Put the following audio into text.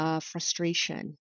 frustration